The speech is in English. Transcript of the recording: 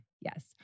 Yes